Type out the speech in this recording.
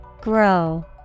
Grow